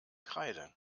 kreide